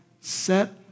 set